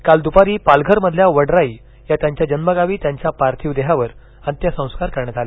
काल दुपारी पालघरमधल्या वडराई या त्यांच्या जन्मगावी त्यांच्या पार्थिव देहावर अंत्यसंस्कार करण्यात आले